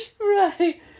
Right